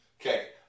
Okay